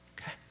Okay